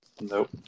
Nope